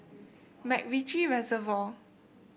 MacRitchie Reservoir